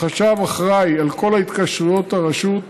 החשב אחראי לכל התקשרויות הרשות.